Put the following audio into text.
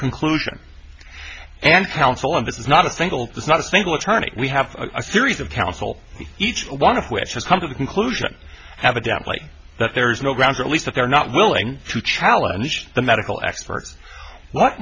conclusion and counsel and this is not a single it's not a single attorney we have a series of counsel each one of which has come to the conclusion have a damp like that there is no grounds at least that they're not willing to challenge the medical expert